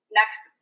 next